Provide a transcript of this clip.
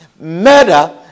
murder